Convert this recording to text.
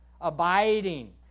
abiding